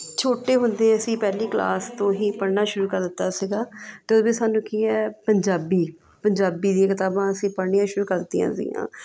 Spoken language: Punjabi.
ਛੋਟੇ ਹੁੰਦੇ ਅਸੀਂ ਪਹਿਲੀ ਕਲਾਸ ਤੋਂ ਹੀ ਪੜ੍ਹਨਾ ਸ਼ੁਰੂ ਕਰ ਦਿੱਤਾ ਸੀਗਾ ਅਤੇ ਉਹ ਵੀ ਸਾਨੂੰ ਕੀ ਹੈ ਪੰਜਾਬੀ ਪੰਜਾਬੀ ਦੀਆਂ ਕਿਤਾਬਾਂ ਅਸੀਂ ਪੜ੍ਹਨੀਆਂ ਸ਼ੁਰੂ ਕਰ ਦਿੱਤੀਆਂ ਸੀਗੀਆਂ